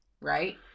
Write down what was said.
right